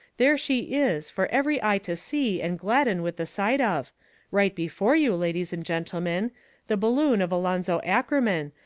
there she is, for every eye to see and gladden with the sight of right before you, ladies and gentlemen the balloon of alonzo ackerman,